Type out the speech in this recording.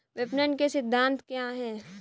विपणन के सिद्धांत क्या हैं?